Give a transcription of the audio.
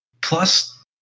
Plus